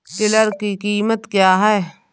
Tiller की कीमत क्या है?